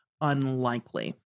unlikely